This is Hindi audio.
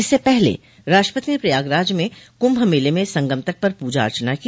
इससे पहले राष्ट्रपति ने प्रयागराज में कुंभ मेले में संगम पर पूजा अर्चना की